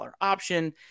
option